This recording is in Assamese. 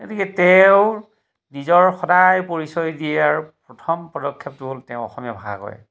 গতিকে তেওঁৰ নিজৰ সদায় পৰিচয় দিয়াৰ প্ৰথম পদক্ষেপটো হ'ল তেওঁ অসমীয়া ভাষা কয়